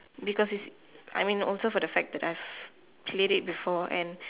because it's I mean also for the fact that I've played it before and